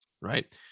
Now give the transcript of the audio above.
Right